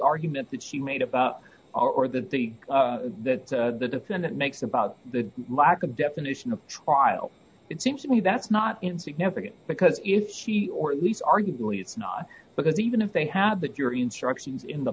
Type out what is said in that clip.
argument that she made about our or that the that the defendant makes about the lack of definition of trial it seems to me that's not insignificant because if he or at least arguably it's not because even if they have the jury instructions in the